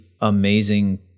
amazing